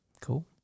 Cool